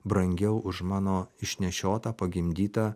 brangiau už mano išnešiotą pagimdytą